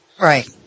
Right